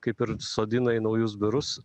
kaip ir sodina į naujus biurus